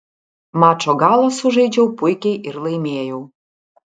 mačo galą sužaidžiau puikiai ir laimėjau